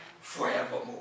forevermore